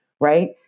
right